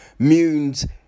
Munes